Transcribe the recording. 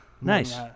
nice